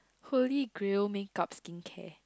holy grail makeup skin care